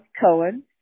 Cohen